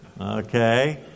okay